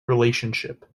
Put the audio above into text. relationship